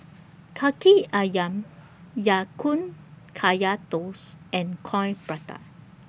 Kaki Ayam Ya Kun Kaya Toast and Coin Prata